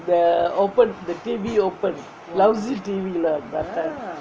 the open the T_V open lousy T_V lah last time